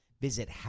Visit